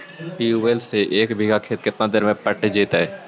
Tubewell से एक बिघा खेत केतना देर में पटैबए जितै?